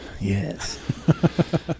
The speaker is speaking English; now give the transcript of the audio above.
Yes